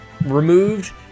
removed